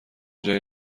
جایی